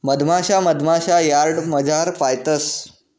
मधमाशा मधमाशा यार्डमझार पायतंस